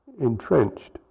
entrenched